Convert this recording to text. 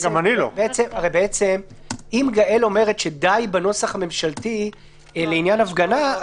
אם גאל אומרת שדי בנוסח הממשלתי לעניין הפגנה,